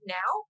now